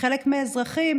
וחלק מהאזרחים